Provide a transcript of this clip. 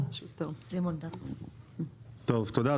תודה,